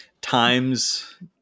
times